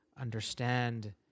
understand